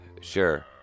sure